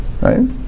Right